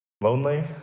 Lonely